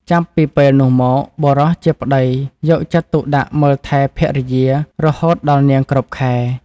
ចាប់ពីពេលនោះមក បុរសជាប្តីយកចិត្តទុកដាក់មើលថែភរិយារហូតដល់ នាងគ្រប់ខែ ។